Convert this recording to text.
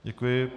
Děkuji.